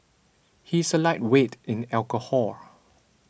he is a lightweight in alcohol